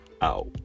out